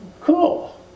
cool